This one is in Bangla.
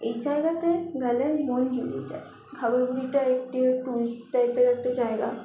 এই জায়গাতে গেলে মন জুড়িয়ে যায় ঘাঘর বুড়িটা একটি ট্যুরিস্ট টাইপের একটা জায়গা